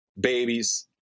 babies